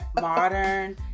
modern